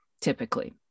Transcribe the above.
typically